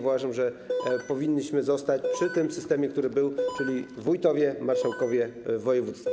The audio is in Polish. Uważam, że powinniśmy zostać przy tym systemie, który był, czyli wójtowie, marszałkowie województwa.